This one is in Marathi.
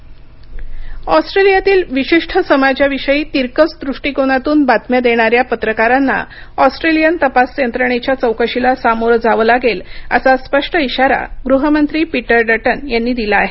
ऑस्ट्रेलिया इशारा ऑस्ट्रेलियातील विशिष्ट समाजाविषयी तिरकस दृष्टीकोनातून बातम्या देणाऱ्या पत्रकारांना ऑस्ट्रेलियन तपास यंत्रणेच्या चौकशीला सामोरं जावं लागेल असा स्पष्ट इशारा गृहमंत्री पीटर डटन यांनी दिला आहे